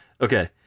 okay